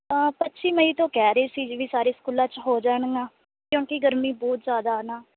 ਆ ਪੱਚੀ ਮਈ ਤੋਂ ਕਹਿ ਰਹੇ ਸੀ ਵੀ ਸਾਰੇ ਸਕੂਲਾਂ 'ਚ ਹੋ ਜਾਣੀਆਂ ਕਿਉਂਕਿ ਗਰਮੀ ਬਹੁਤ ਜ਼ਿਆਦਾ ਆ ਨਾ